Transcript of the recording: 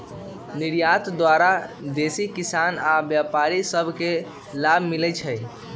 निर्यात द्वारा देसी किसान आऽ व्यापारि सभ के लाभ मिलइ छै